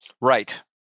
Right